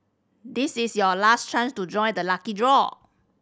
this is your last chance to join the lucky draw